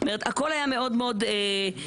כלומר הכול היה מאוד מאוד שגוי.